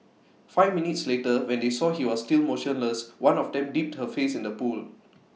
five minutes later when they saw he was still motionless one of them dipped her face in the pool